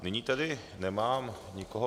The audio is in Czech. Nyní tedy nemám nikoho...